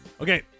Okay